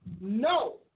no